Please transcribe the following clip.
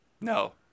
No